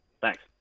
Thanks